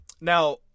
Now